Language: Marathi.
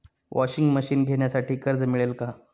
वॉशिंग मशीन घेण्यासाठी कर्ज मिळेल का?